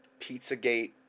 Pizzagate